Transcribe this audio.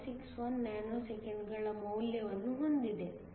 161 ನ್ಯಾನೊಸೆಕೆಂಡ್ಗಳ ಮೌಲ್ಯವನ್ನು ಹೊಂದಿದೆ